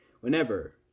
whenever